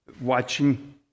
watching